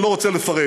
אני לא רוצה לפרט.